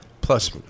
plus